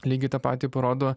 lygiai tą patį parodo